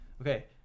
okay